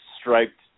striped